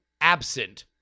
absent